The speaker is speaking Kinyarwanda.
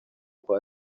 kwa